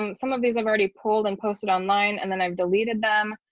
um some of these i've already pulled and posted online, and then i've deleted them.